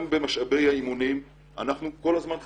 גם במשאבי האימונים אנחנו כל הזמן חסרים.